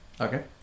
Okay